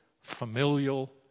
familial